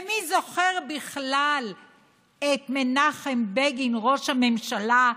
ומי זוכר בכלל את מנחם בגין, ראש הממשלה,